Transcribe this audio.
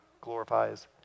glorifies